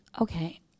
Okay